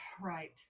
Right